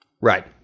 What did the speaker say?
right